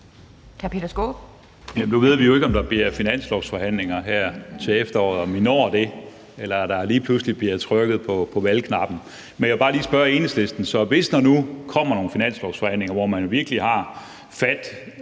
nu ved vi jo ikke, om der bliver finanslovsforhandlinger her til efteråret, altså om vi når det, eller om der lige pludselig bliver trykket på valgknappen. Men så vil jeg bare lige spørge Enhedslisten: Hvis der nu kommer nogle finanslovsforhandlinger, hvor man virkelig har fat